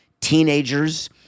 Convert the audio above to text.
teenagers